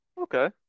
okay